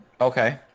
Okay